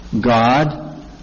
God